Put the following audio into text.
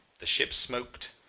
the ship smoked,